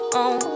on